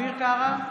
אביר קארה,